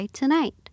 tonight